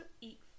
eat